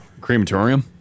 crematorium